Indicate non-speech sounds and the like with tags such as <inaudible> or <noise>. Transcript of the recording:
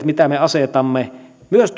<unintelligible> mitä me asetamme myös <unintelligible>